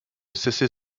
cesser